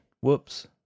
whoops